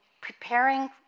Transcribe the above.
preparing